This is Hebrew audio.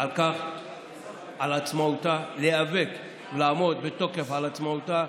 על עצמאותה, להיאבק ולעמוד בתוקף על עצמאותה.